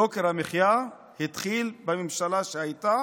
יוקר המחיה התחיל בממשלה שהייתה